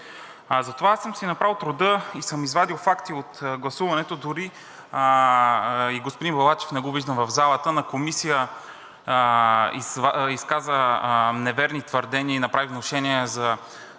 Затова аз съм си направил труда и съм извадил факти от гласуването. Дори и господин Балачев – не го виждам в залата, на Комисията изказа неверни твърдения и направи внушения за